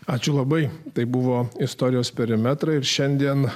ačiū labai tai buvo istorijos perimetrą ir šiandien